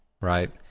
right